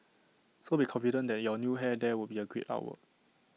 so be confident that your new hair there would be A great artwork